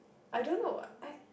I don't know I